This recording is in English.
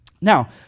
Now